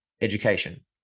education